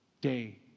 day